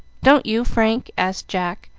don't you, frank? asked jack,